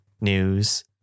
news